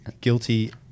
Guilty